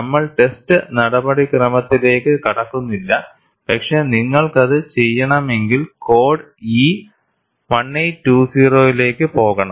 നമ്മൾ ടെസ്റ്റ് നടപടിക്രമത്തിലേക്ക് കടക്കുന്നില്ല പക്ഷേ നിങ്ങൾക്കത് ചെയ്യണമെങ്കിൽ കോഡ് ഇ 1820 ലേക്ക് പോകണം